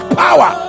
power